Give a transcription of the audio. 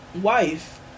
wife